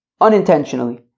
Unintentionally